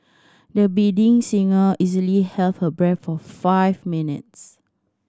the singer easily held her breath for five minutes